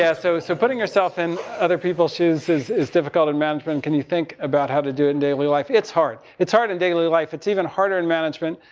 yeah, so, so, putting yourself in other people's shoes is, is difficult in management. can you think about how to do it in daily life? it's hard. it's hard in daily life. it's even harder in management.